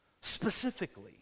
specifically